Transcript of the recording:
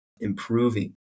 improving